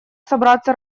собраться